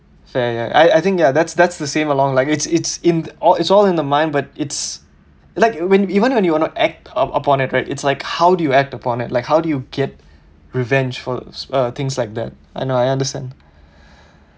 fair ya I think ya that's that's the same along like it's it's in all it's all in the mind but it's like when even when you're not act upon it right it's like how do you act upon it like how do you get revenge uh things like that I know I understand